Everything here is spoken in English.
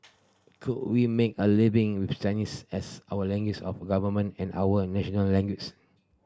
could we make a living with Chinese as our languages of government and our national languages